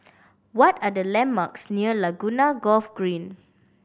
what are the landmarks near Laguna Golf Green